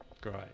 Great